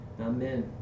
Amen